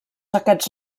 aquests